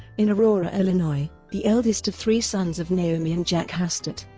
in aurora, illinois the eldest of three sons of naomi and jack hastert.